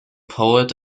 poet